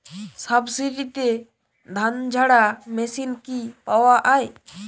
সাবসিডিতে ধানঝাড়া মেশিন কি পাওয়া য়ায়?